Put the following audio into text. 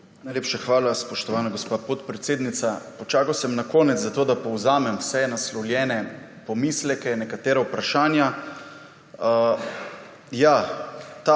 Najlepša hvala, spoštovana gospa podpredsednica. Počakal sem na konec, zato da povzamem vse naslovljene pomisleke, nekatera vprašanja.